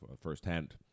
firsthand